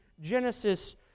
Genesis